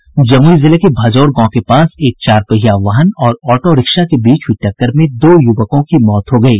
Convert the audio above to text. जमुई जिले के भजौर गांव के पास एक चार पहिया वाहन और ऑटो रिक्शा के बीच हुई टक्कर में दो युवकों की मौत हो गयी